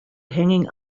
hanging